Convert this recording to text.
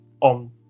on